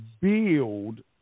build